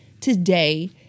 today